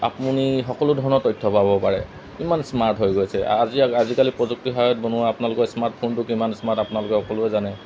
আপুনি সকলো ধৰণৰ তথ্য পাব পাৰে ইমান স্মাৰ্ট হৈ গৈছে আজি আজিকালি প্ৰযুক্তিৰ সহায়ত বনোৱা আপোনালোকৰ স্মাৰ্টফোনটো কিমান স্মাৰ্ট আপোনালোকে সকলোৱে জানে